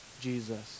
jesus